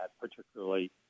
particularly